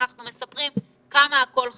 אנחנו מספרים כמה הכול חשוב,